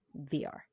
VR